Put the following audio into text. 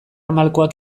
malkoak